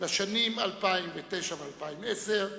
לשנים 2009 ו-2010)